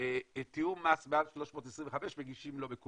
שאי אפשר לכפות על המשרדים בתקופת הזמן הזאת ובסד הזמנים הזה.